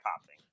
popping